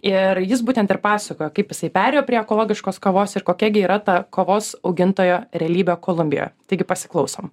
ir jis būtent ir pasakojo kaip jisai perėjo prie ekologiškos kavos ir kokia gi yra ta kovos augintojo realybė kolumbijoje taigi pasiklausom